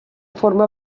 forma